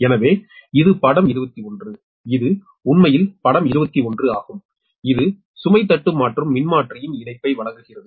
எனவே இது படம் 21 இது உண்மையில் படம் 21 ஆகும் இது சுமை தட்டு மாற்றும் மின்மாற்றியின் இணைப்பை வழங்குகிறது